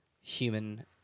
human